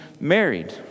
married